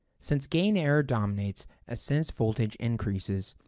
since gain error dominates as sense voltage increases,